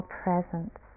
presence